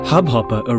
Hubhopper